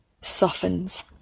softens